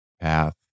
path